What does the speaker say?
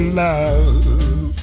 love